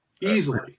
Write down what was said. Easily